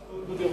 זה ביטחוני.